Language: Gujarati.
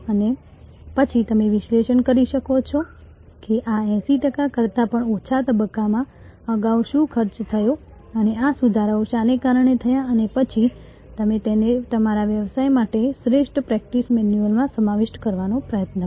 અને પછી તમે વિશ્લેષણ કરી શકો છો કે આ 80 ટકા કરતા પણ ઓછા તબક્કામાં અગાઉ શું ખર્ચ થયો અને આ સુધારાઓ શાને કારણે થયા અને પછી તમે તેને તમારા વ્યવસાય માટે શ્રેષ્ઠ પ્રેક્ટિસ મેન્યુઅલમાં સમાવિષ્ટ કરવાનો પ્રયાસ કરો